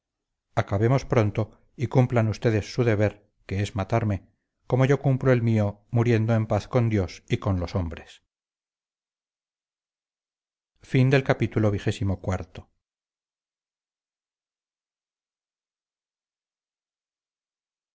acabemos pronto y cumplan ustedes su deber que es matarme como yo cumplo el mío muriendo en paz con dios y con los hombres